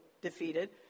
defeated